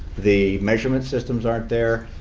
the measurement systems aren't there.